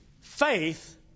Faith